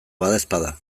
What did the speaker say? badaezpada